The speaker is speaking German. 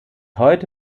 heute